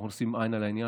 ואנחנו נשים עין על העניין,